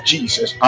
Jesus